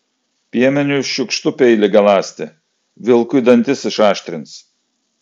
piemeniui šiukštu peilį galąsti vilkui dantis išaštrins